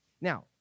Now